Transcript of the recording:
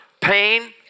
Pain